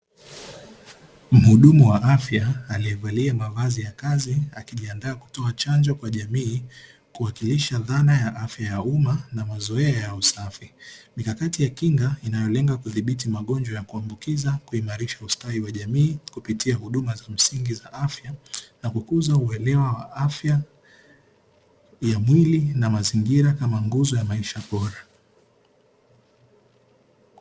Mhudumu wa afya aliyevalia mavazi ya kazi akijiandaa kutoa chanjo kwa jamii, kuwakilisha dhana ya afya ya umma na mazoea ya usafi, mikakati ya kinga inayolenga kudhibiti magonjwa ya kuambukiza, kuimarisha ustawi wa jamii, kupitia huduma za msingi za afya na kukuza uelewa wa afya ya mwili na mazingira kama nguzo ya maisha bora.